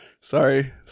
sorry